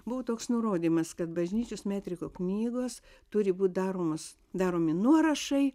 buvo toks nurodymas kad bažnyčios metrikų knygos turi būt daromos daromi nuorašai